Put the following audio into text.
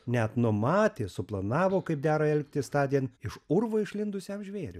net numatė suplanavo kaip dera elgtis tądien iš urvo išlindusiam žvėriui